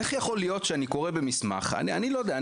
איך יכול להיות שאני קורא במסמך אני לא יודע,